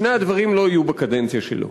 שני הדברים לא יהיו בקדנציה שלו.